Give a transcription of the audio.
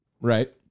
Right